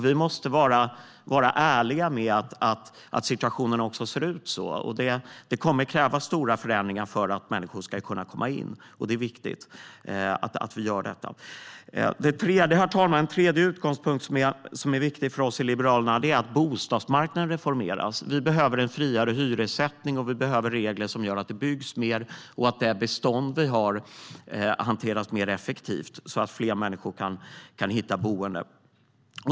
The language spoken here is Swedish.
Vi måste vara ärliga med att situationen ser ut så. Det kommer att krävas stora förändringar för att människor ska kunna komma in, och det är viktigt att vi genomför dessa förändringar. Herr talman! En tredje utgångspunkt som är viktig för oss i Liberalerna är att bostadsmarknaden reformeras. Vi behöver en friare hyressättning. Vi behöver regler som gör att det byggs mer och att det bestånd vi har hanteras effektivare, så att fler människor kan hitta bostad.